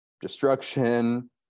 destruction